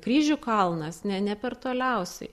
kryžių kalnas ne ne per toliausiai